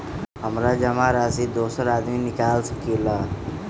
हमरा जमा राशि दोसर आदमी निकाल सकील?